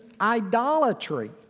idolatry